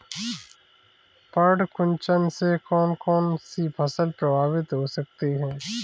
पर्ण कुंचन से कौन कौन सी फसल प्रभावित हो सकती है?